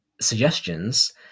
suggestions